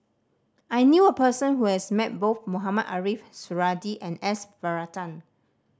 I knew a person who has met both Mohamed Ariff Suradi and S Varathan